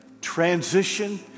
transition